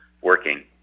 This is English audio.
working